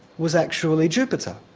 was actually jupiter.